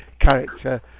character